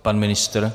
Pan ministr?